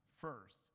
first